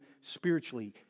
spiritually